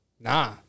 nah